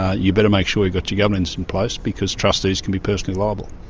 ah you'd better make sure you've got your governance in place, because trustees can be personally liable.